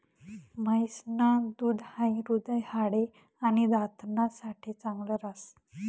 म्हैस न दूध हाई हृदय, हाडे, आणि दात ना साठे चांगल राहस